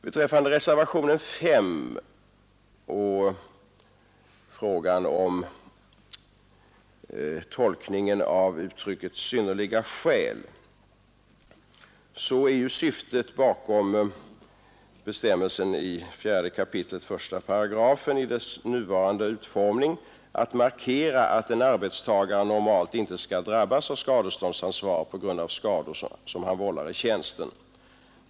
Beträffande reservationen 5 och frågan om tolkningen av uttrycket ”synnerliga skäl” är ju syftet bakom bestämmelsen i 4 kap. 18 i dess nuvarande utformning att markera att en arbetstagare normalt inte skall drabbas av skadeståndsansvar på grund av skador som han vållar i tjänsten.